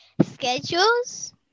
schedules